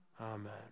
Amen